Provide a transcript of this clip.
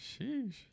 Sheesh